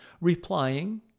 replying